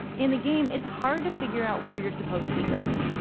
in the game, it's hard to figure out where you're supposed to be going.